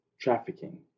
trafficking